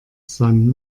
san